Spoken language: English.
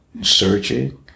searching